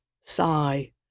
Sigh